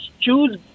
choose